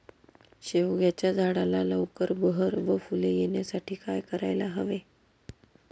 शेवग्याच्या झाडाला लवकर बहर व फूले येण्यासाठी काय करायला हवे?